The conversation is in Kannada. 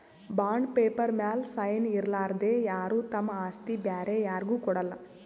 ಬಾಂಡ್ ಪೇಪರ್ ಮ್ಯಾಲ್ ಸೈನ್ ಇರಲಾರ್ದೆ ಯಾರು ತಮ್ ಆಸ್ತಿ ಬ್ಯಾರೆ ಯಾರ್ಗು ಕೊಡಲ್ಲ